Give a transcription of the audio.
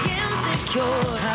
insecure